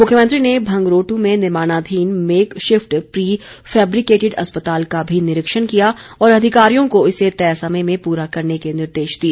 मुख्यमंत्री ने भंगरोटू में निर्माणाधीन मेक शिफ्ट प्री फैब्रिकेटिड अस्पताल का भी निरीक्षण किया और अधिकारियों को इसे तय समय में पूरा करने के निर्देश दिए